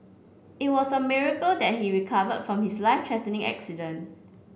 it was a miracle that he recovered from his life threatening accident